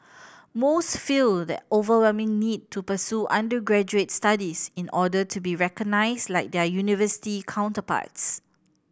most feel the overwhelming need to pursue undergraduate studies in order to be recognised like their university counterparts